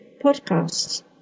podcasts